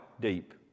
deep